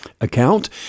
account